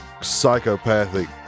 psychopathic